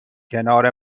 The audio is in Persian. کنار